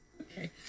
Okay